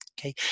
okay